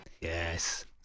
Yes